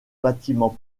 bâtiments